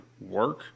work